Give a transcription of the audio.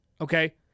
okay